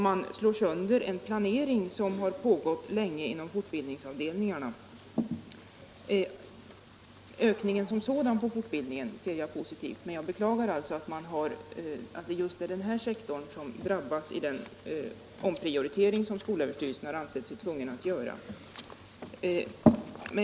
Man slår sönder en planering som har pågått länge inom fortbildningsavdelningarna. Ökningen som sådan på fortbildningen är positiv, men jag beklagar alltså att det är den här sektorn som drabbas vid den omprioritering som skolöverstyrelsen ansett sig tvungen att göra.